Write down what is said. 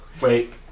Wait